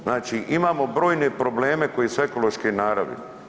Znači imamo brojne probleme koji su ekološke naravi.